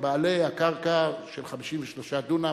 כבעלי הקרקע של 53 דונם